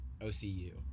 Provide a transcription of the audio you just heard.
OCU